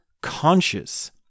conscious